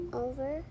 over